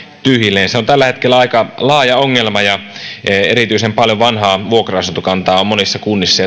tyhjilleen se on tällä hetkellä aika laaja ongelma erityisen paljon vanhaa vuokra asuntokantaa on monissa kunnissa